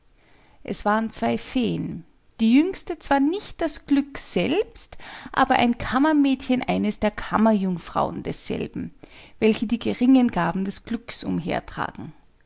es waren zwei feen die jüngste zwar nicht das glück selbst aber ein kammermädchen einer der kammerjungfrauen desselben welche die geringeren gaben des glückes